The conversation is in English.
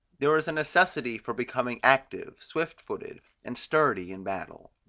there was a necessity for becoming active, swift-footed, and sturdy in battle.